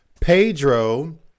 Pedro